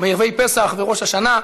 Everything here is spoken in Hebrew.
בערבי פסח וראש השנה,